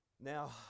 Now